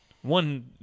One